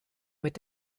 mit